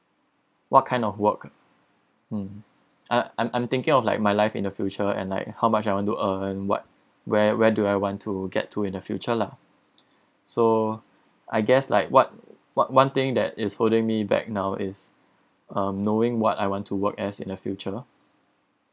what kind of work mm I I'm I'm thinking of like my life in the future and like how much I want to earn what where where do I want to get to in the future lah so I guess like what what one thing that is holding me back now is um knowing what I want to work as in the future